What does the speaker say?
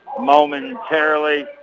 momentarily